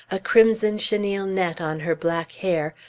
a crimson chenille net on her black hair,